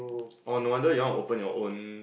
orh no wonder you want open your own